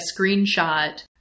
screenshot